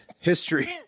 history